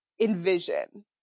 envision